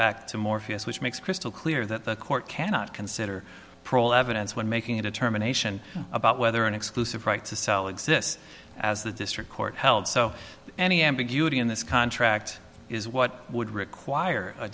back to morpheus which makes crystal clear that the court cannot consider evidence when making a determination about whether an exclusive right to sell exists as the district court held so any ambiguity in this contract is what would require a